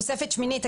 תוספת שמינית.